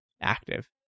Active